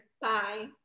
Bye